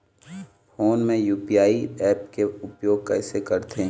Phone मे UPI app के उपयोग कइसे करथे?